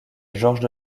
georges